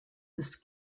ist